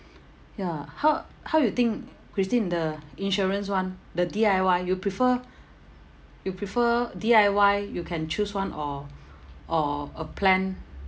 ya how how you think christine the insurance [one] the D_I_Y you prefer you prefer D_I_Y you can choose [one] or or a plan